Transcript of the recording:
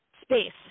space